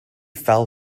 fell